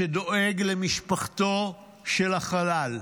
שדואג למשפחתו של החלל.